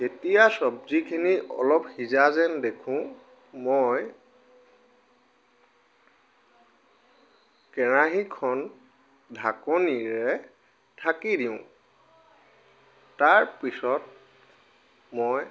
যেতিয়া চবজিখিনি অলপ সিজা যেন দেখো মই কেৰাহীখন ঢাকনিৰে ঢাকি দিওঁ তাৰপিছত মই